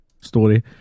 story